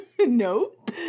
nope